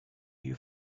you